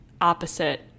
opposite